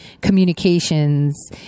communications